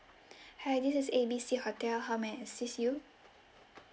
hi this is A B C hostel how may I assist you